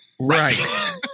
Right